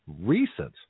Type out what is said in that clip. recent